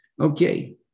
Okay